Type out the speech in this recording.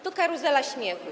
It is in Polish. To karuzela śmiechu.